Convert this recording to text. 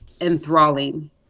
enthralling